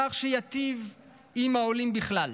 כך שתיטיב עם העולים בכלל.